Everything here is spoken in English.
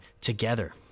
together